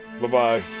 bye-bye